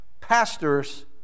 pastors